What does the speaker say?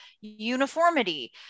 uniformity